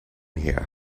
here